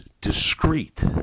discreet